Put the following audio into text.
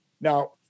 Now